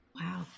Wow